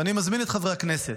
ואני מזמין את חברי הכנסת: